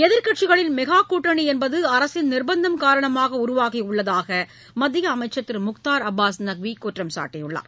எதிர்க்கட்சிகளின் மெகா கூட்டணி என்பது அரசின் நிர்பந்தம் காரணமாக உருவாகி உள்ளதாக மத்திய அமைச்சர் திரு முக்தார் அப்பாஸ் நக்வி குற்றம் சாட்டியுள்ளார்